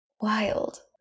Wild